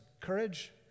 courage